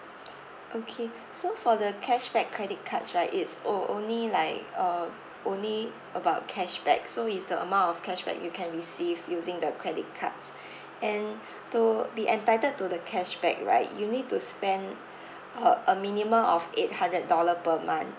okay so for the cashback credit cards right it's o~ only like uh only about cashback so is the amount of cashback you can receive using the credit cards and to be entitled to the cashback right you need to spend uh a minimum of eight hundred dollar per month